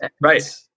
right